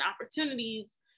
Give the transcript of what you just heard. opportunities